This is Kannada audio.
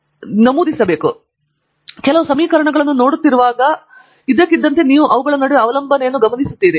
ಆದ್ದರಿಂದ ಕೆಳಗೆ ತಿಳಿಸಿ ನೀವು ಕೆಲವು ಸಮೀಕರಣಗಳನ್ನು ನೋಡುತ್ತಿರುವಾಗ ಇದ್ದಕ್ಕಿದ್ದಂತೆ ನೀವು ಸ್ವಲ್ಪ ಅವಲಂಬನೆಯನ್ನು ನೋಡುತ್ತೀರಿ